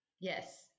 Yes